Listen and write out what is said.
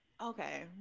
Okay